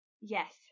yes